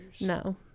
No